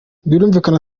birumvikana